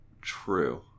True